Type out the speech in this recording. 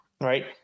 Right